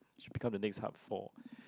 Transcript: should become the next hub for